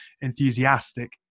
enthusiastic